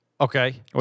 Okay